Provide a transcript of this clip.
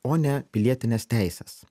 o ne pilietinės teisės